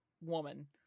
woman